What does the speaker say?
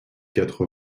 quatre